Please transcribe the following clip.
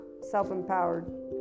self-empowered